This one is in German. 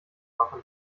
machen